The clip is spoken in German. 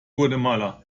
guatemala